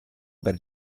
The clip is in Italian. per